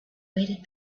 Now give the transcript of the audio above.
waited